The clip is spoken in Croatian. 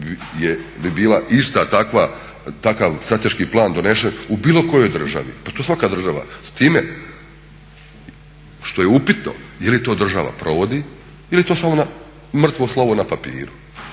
bi bila ista takva, takav strateški plan donesen u bilo kojoj državi. Pa to svaka država, s time što je upitno je li to država provodi ili je to samo mrtvo slovo na papiru.